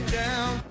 down